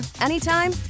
anytime